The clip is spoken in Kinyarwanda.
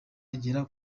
agera